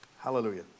Hallelujah